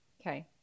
Okay